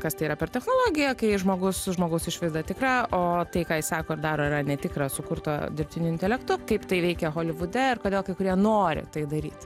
kas tai yra per technologija kai žmogus su žmogaus išvaizda tikra o tai ką jis sako dar yra netikra sukurto dirbtinio intelekto kaip tai veikia holivude ir kodėl kai kurie nori tai daryt